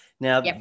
now